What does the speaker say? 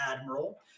admiral